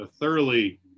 thoroughly